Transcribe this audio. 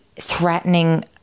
threatening